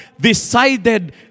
decided